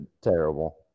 terrible